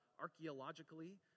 archaeologically